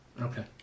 Okay